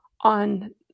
on